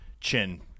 chin